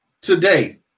today